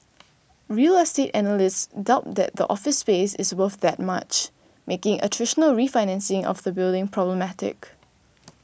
real estate analysts doubt that the office space is worth that much making a traditional refinancing of the building problematic